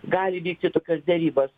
gali vykti tokios derybas